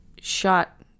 shot